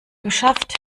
geschafft